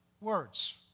words